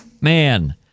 Man